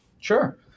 Sure